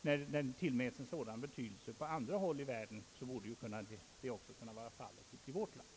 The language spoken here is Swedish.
När den tillmäts en sådan betydelse på andra håll i världen borde det också kunna vara fallet i vårt land.